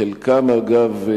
חלקם, אגב,